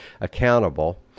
accountable